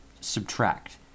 subtract